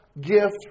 gift